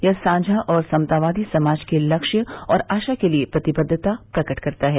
यह साझा और समतावादी समाज के लक्ष्य और आशा के लिए प्रतिबद्वता प्रकट करता है